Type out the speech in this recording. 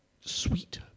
sweet